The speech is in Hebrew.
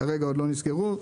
כרגע עוד לא נסגרו.